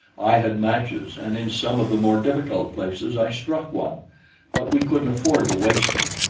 i had matches, and in some of the more difficult places i struck one but we couldn't afford to waste them,